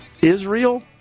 Israel